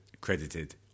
credited